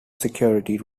security